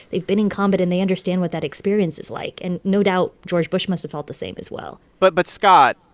they've been in combat, and they understand what that experience is like. and no doubt, george bush must've felt the same as well but but scott,